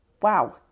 Wow